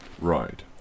Right